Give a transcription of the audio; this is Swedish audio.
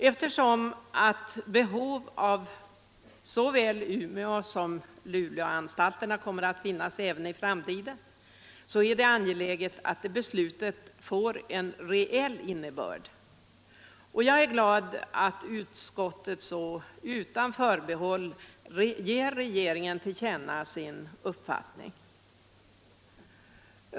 Eftersom det kommer att finnas behov av såväl Umeåsom Luleåanstalten även i framtiden är det angeläget att beslutet får en reell innebörd. Jag är glad att utskottet så utan förbehåll ger regeringen till känna sin uppfattning.